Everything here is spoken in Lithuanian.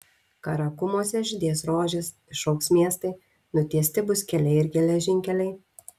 karakumuose žydės rožės išaugs miestai nutiesti bus keliai ir geležinkeliai